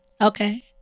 Okay